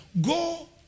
go